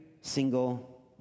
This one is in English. single